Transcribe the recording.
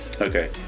okay